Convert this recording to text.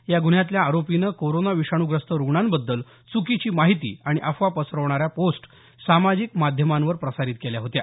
या गुन्ह्यातल्या आरोपीने कोरोना विषाणूग्रस्त रुग्णांबद्दल च्रकीची माहिती आणि अफवा पसरवणाऱ्या पोस्ट सामाजिक माध्यमावर प्रसारित केल्या होत्या